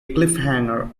cliffhanger